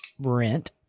rent